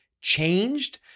changed